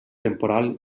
temporal